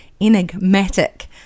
Enigmatic